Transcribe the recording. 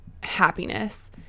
happiness